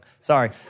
sorry